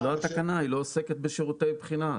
זה לא התקנה, היא לא עוסקת בשירותי בחינה.